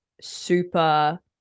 super